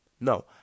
No